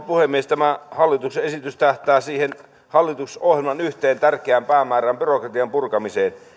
puhemies tämä hallituksen esitys tähtää hallitusohjelman yhteen tärkeään päämäärään byrokratian purkamiseen